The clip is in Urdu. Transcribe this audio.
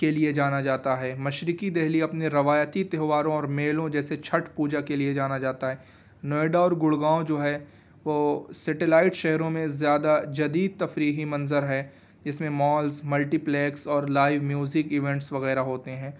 کے لیے جانا جاتا ہے مشرقی دلی اپنے روایتی تیوہاروں اور میلوں جیسے چھٹ پوجا کے لیے جانا جاتا ہے نوئیڈا اور گڑگاؤں جو ہے وہ سیٹیلائٹ شہروں میں زیادہ جدید تفریحی منظر ہے اس میں مالز ملٹی پلیکس اور لائیو میوزک ایونٹس وغیرہ ہوتے ہیں